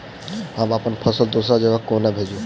हम अप्पन फसल दोसर जगह कोना भेजू?